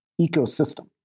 ecosystem